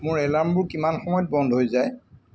মোৰ এলাৰ্মবোৰ কিমান সময়ত বন্ধ হৈ যায়